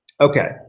Okay